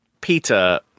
Peter